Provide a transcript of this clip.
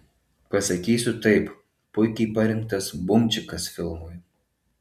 pasakysiu taip puikiai parinktas bumčikas filmui